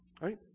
right